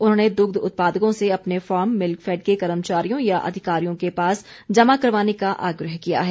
उन्होंने दृग्ध उत्पादकों से अपने फॉर्म मिल्क फैड के कर्मचारियों या अधिकारियों के पास जमा करवाने का आग्रह किया है